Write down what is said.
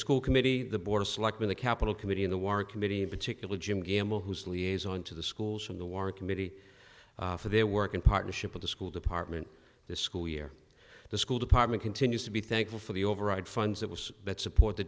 school committee the board of selectmen the capital committee in the war committee and particularly jim gamble whose liaison to the schools from the war committee for their work in partnership with the school department the school year the school department continues to be thankful for the override funds that was that support the